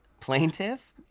Plaintiff